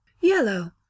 Yellow